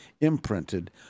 imprinted